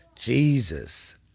Jesus